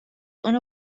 اونو